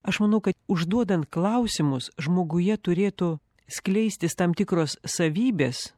aš manau kad užduodant klausimus žmoguje turėtų skleistis tam tikros savybės